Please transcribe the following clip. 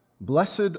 Blessed